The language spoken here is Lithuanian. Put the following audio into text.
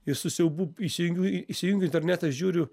ir su siaubu įsijungiu įsijungiu internetą žiūriu